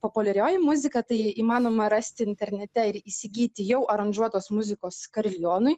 populiarioji muzika tai įmanoma rasti internete ir įsigyti jau aranžuotos muzikos karilionui